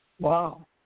Wow